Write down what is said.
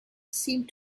seemed